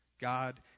God